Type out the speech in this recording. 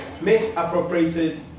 misappropriated